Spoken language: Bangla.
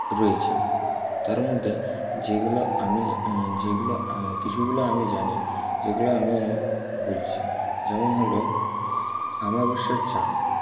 রয়েছে তারমধ্যে যেগুলো আমি যেগুলো কিছুগুলো আমি জানি যেগুলো আমি বলছি যেমন হল অমাবস্যার চাঁদ